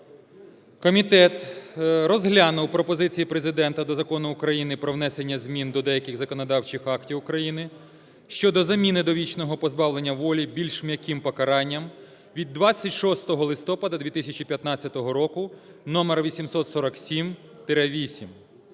Комітет розглянув пропозиції Президента до Закону України "Про внесення змін до деяких законодавчих актів України щодо заміни довічного позбавлення волі більш м'яким покаранням" від 26 листопада 2015 року № 847-VIII.